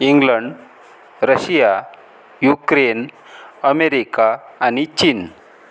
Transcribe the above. England Russia Ukraine America आणि चीन